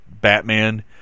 Batman